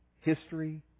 history